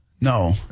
No